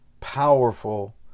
powerful